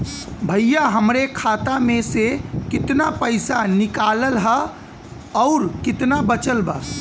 भईया हमरे खाता मे से कितना पइसा निकालल ह अउर कितना बचल बा?